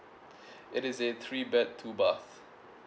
it is a three bad two bath